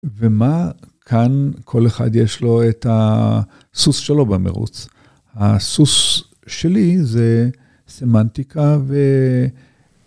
ומה כאן כל אחד יש לו את הסוס שלו במרוץ, הסוס שלי זה סמנטיקה ו...